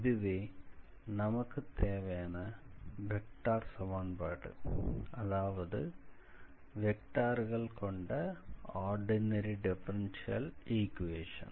இதுவே நமக்கு தேவையான வெக்டார் சமன்பாடு அதாவது வெக்டார்கள் கொண்ட ஆர்டினரி டிஃபரன்ஷியல் ஈக்வேஷன்